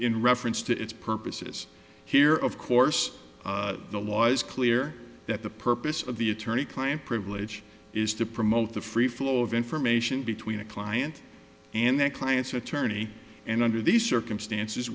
in reference to its purposes here of course the law is clear that the purpose of the attorney client privilege is to promote the free flow of information between a client and their client's attorney and under these circumstances